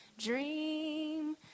dream